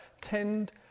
tend